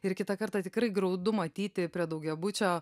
ir kitą kartą tikrai graudu matyti prie daugiabučio